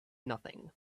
nothing